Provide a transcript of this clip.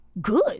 good